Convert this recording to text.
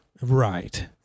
Right